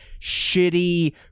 shitty